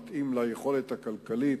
מתאים ליכולת הכלכלית.